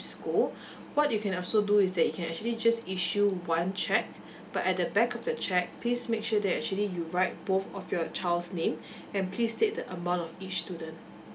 school what you can also do is that you can actually just issue one cheque but at the back of the cheque please make sure that actually you write both of your child's name and please state the amount of each student